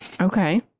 Okay